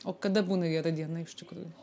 o kada būna viena diena iš tikrųjų